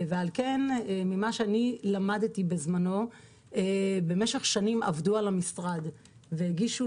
לכן ממה שלמדתי בזמנו במשך שנים עבדו על המשרד והגישו